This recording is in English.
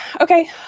okay